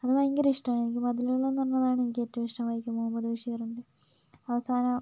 അത് ഭയങ്കര ഇഷ്ടം ആണെനിക്ക് മതിലുകൾ എന്ന് പറഞ്ഞതാണ് എനിക്ക് ഏറ്റവും ഇഷ്ടം വൈക്കം മുഹമ്മദ് ബഷിറിൻ്റെ അവസാനം